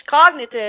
cognitive